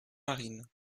marine